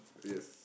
yes